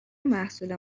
محصول